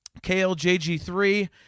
kljg3